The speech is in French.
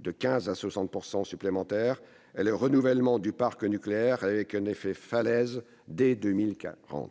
de 15 à 60 % supplémentaires, et le renouvellement du parc nucléaire, avec un « effet falaise » dès 2040